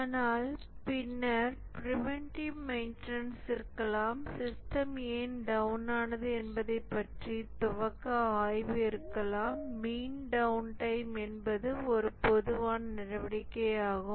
ஆனால் பின்னர் preventive maintenance இருக்கலாம் சிஸ்டம் ஏன் டவுன் ஆனது என்பதை பற்றி துவக்க ஆய்வு இருக்கலாம் மீன் டவுன் டைம் என்பது ஒரு பொதுவான நடவடிக்கையாகும்